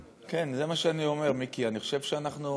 כן, זה מה שאני אומר, מיקי, אני חושב שאנחנו,